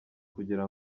kugira